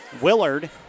Willard